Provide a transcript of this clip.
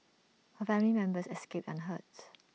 her family members escaped unhurt